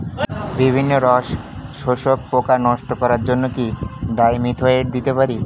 বিভিন্ন রস শোষক পোকা নষ্ট করার জন্য কি ডাইমিথোয়েট দিতে পারি?